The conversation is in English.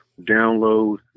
download